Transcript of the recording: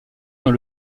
dans